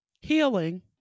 Healing